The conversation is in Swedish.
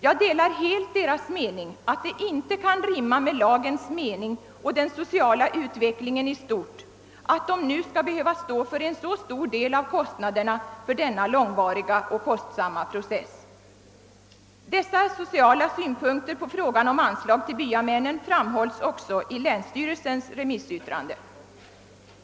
Jag delar helt deras åsikt att det inte kan rimma med lagens mening och den sociala utvecklingen i stort att de nu skall behöva stå för en så stor del av kostnaderna för denna långvariga och kostsamma process. Dessa sociala synpunkter på frågan om anslagen till byamännen framförs också i länsstyrelsens remissyttrande.